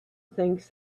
thinks